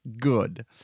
Good